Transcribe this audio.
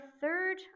third